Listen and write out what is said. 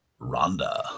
Rhonda